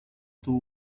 tuvo